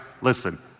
Listen